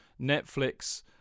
Netflix